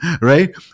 Right